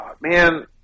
man